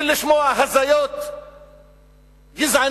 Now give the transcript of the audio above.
של לשמוע הזיות גזעניות